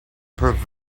proof